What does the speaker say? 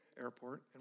airport